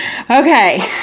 Okay